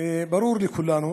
ברור לכולנו